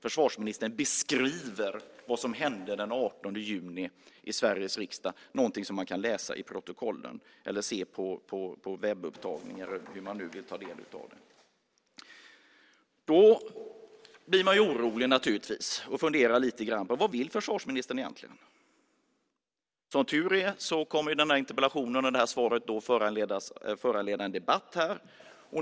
Försvarsministern beskriver vad som hände den 18 juni i Sveriges riksdag. Det är någonting som man kan läsa i protokollet, se på webbupptagningar eller hur man nu vill ta del av det. Man blir då naturligtvis lite orolig och funderar på: Vad vill försvarsministern egentligen? Som tur är kommer interpellationen och svaret att föranleda en debatt här.